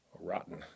rotten